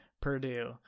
Purdue